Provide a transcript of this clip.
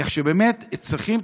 כך שבאמת צריכים,